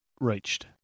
reached